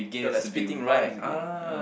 you're like spitting rhymes again